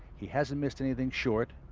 he hasn't missed anything short.